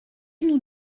nous